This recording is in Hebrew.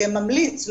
כממליץ,